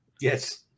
Yes